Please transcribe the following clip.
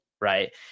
right